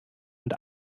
und